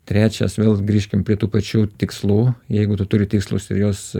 trečias vėl grįžkim prie tų pačių tikslų jeigu tu turi tikslus ir juos